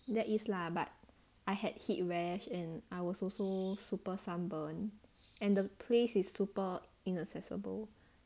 that is lah but I had heat rash and I was also super sunburn and the place is super inaccessible